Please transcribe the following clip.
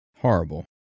Horrible